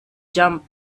jump